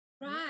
Right